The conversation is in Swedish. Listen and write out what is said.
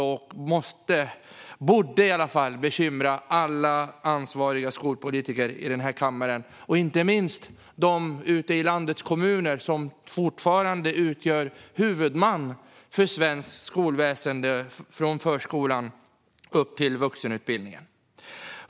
Dessa problem borde bekymra alla ansvariga skolpolitiker i den här kammaren och inte minst dem som ute i landets kommuner fortfarande utgör huvudmän i svenskt skolväsen, från förskolan upp till vuxenutbildningen.